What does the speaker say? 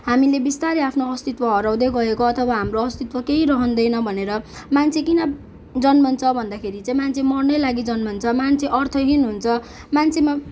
हामीले बिस्तारै आफ्नो अस्तित्व हराउँदै गएको अथवा हाम्रो अस्तित्व केहि रहँदैन भनेर मान्छे किन जन्मन्छ भन्दाखेरि चाहिँ मान्छे मर्नै लागि जम्मन्छ मान्छे अर्थहीन हुन्छ मान्छेमा